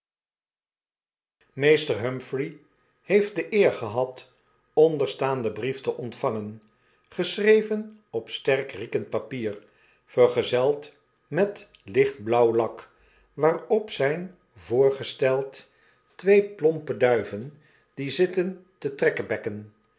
meester humphrey heeft de eer gehad onderstaanden brief te ontvangen geschreven op sterk riekend papier verzegeld met lichtblauw lak waarop zijn voorgesteld twee plompe duiven die zitten te